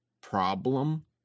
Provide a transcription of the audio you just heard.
problem